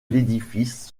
l’édifice